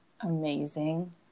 Amazing